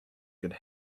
could